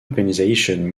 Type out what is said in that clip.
organization